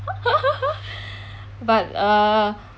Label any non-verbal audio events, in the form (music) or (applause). (laughs) but uh